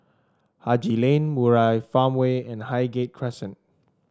Haji Lane Murai Farmway and Highgate Crescent